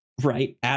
Right